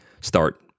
start